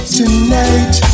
tonight